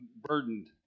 burdened